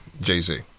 Jay-Z